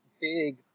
big